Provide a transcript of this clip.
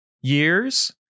years